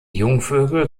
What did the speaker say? jungvögel